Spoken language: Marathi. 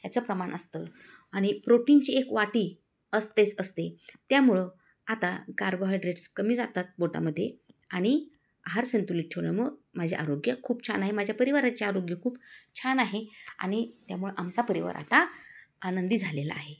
याचं प्रमाण असतं आणि प्रोटीनची एक वाटी असतेच असते त्यामुळं आता कार्बोहायड्रेट्स कमी जातात पोटामध्ये आणि आहार संतुलित ठेवल्यामुळे माझ्या आरोग्य खूप छान आहे माझ्या परिवाराचे आरोग्य खूप छान आहे आणि त्यामुळं आमचा परिवार आता आनंदी झालेला आहे